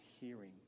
hearing